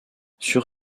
sur